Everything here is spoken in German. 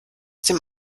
dem